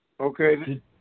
Okay